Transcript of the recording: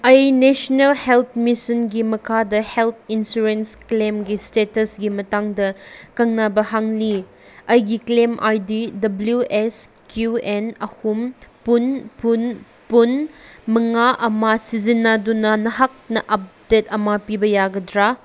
ꯑꯩ national health ꯃꯤꯁꯟꯒꯤ ꯃꯈꯥꯗ ꯍꯦꯜꯠ ꯏꯟꯁꯨꯔꯦꯟꯁ ꯀ꯭ꯂꯦꯝꯒꯤ ꯏꯁꯇꯦꯇꯁꯒꯤ ꯃꯇꯥꯡꯗ ꯈꯪꯅꯕ ꯍꯪꯂꯤ ꯑꯩꯒꯤ claim I D W S Q N ꯑꯍꯨꯝ ꯄꯨꯟ ꯄꯨꯟ ꯄꯨꯟ ꯃꯉꯥ ꯑꯃ ꯁꯤꯖꯤꯟꯅꯗꯨꯅ ꯅꯍꯥꯛꯅ ꯑꯞꯗꯦꯠ ꯑꯃ ꯄꯤꯕ ꯌꯥꯒꯗ꯭ꯔꯥ